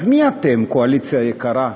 אז מי אתם, קואליציה יקרה?